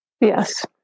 Yes